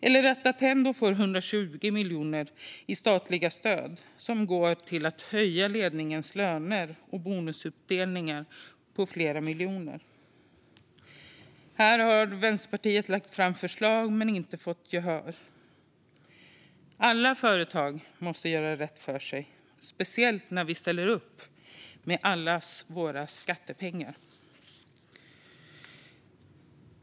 Och Attendo har fått 120 miljoner i statliga stöd som går till att höja ledningens löner och till bonusutdelningar på flera miljoner. Här har Vänsterpartiet lagt fram förslag men inte fått gehör. Alla företag måste göra rätt för sig, speciellt när vi ställer upp med allas våra skattepengar.